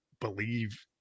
believe